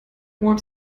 what